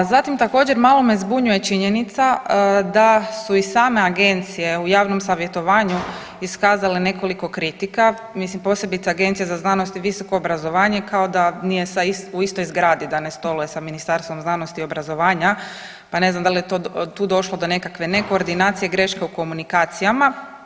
Zatim također malo me zbunjuje činjenica da su i same agencije u javnom savjetovanju iskazale nekoliko kritika, mislim posebice Agencija za znanost i visoko obrazovanje kao da nije u istoj zgradi, da ne stoluje sa Ministarstvom znanosti i obrazovanja, pa ne znam da li je tu došlo do nekakve ne koordinacije i greška u komunikacijama.